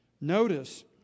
Notice